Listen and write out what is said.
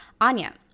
Anya